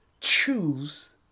choose